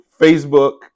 facebook